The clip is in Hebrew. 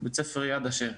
בית ספר יד אשר.